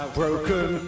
broken